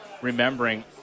remembering